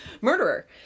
murderer